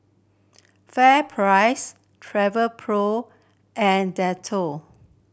FairPrice Travelpro and Dettol